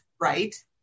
right